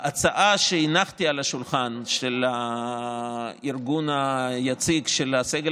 ההצעה שהנחתי על השולחן של הארגון היציג של הסגל